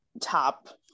top